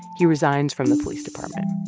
he resigns from the police department.